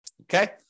Okay